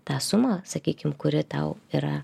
tą sumą sakykim kuri tau yra